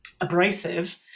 abrasive